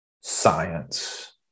science